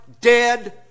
dead